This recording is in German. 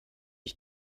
ich